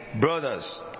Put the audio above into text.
brothers